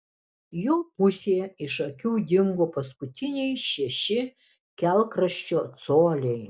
jo pusėje iš akių dingo paskutiniai šeši kelkraščio coliai